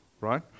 right